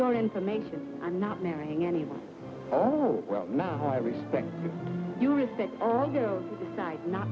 your information i'm not marrying anyone oh well now i respect you respect or